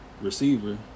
receiver